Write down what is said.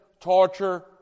torture